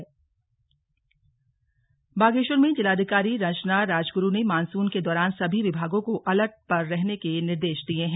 slug आपदा प्रबंधन बागेश्वर में जिलाधिकारी रंजना राजगुरू ने मानसून के दौरान सभी विभागों को अलर्ट पर रहने के निर्देश दिए हैं